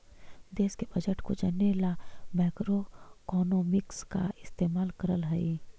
देश के बजट को जने ला मैक्रोइकॉनॉमिक्स का इस्तेमाल करल हई